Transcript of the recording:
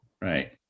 Right